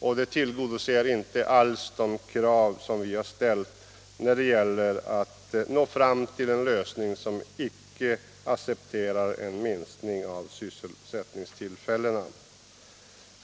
och det tillgodoser inte alls de krav som vi har ställt när det gäller att nå fram till en lösning som innebär att man icke accepterar en minskning av sysselsättningstillfällena.